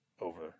over